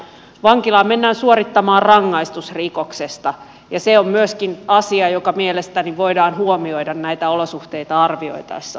vankilaan mennään suorittamaan rangaistus rikoksesta ja se on myöskin asia joka mielestäni voidaan huomioida näitä olosuhteita arvioitaessa